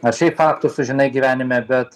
ar šiaip faktų sužinai gyvenime bet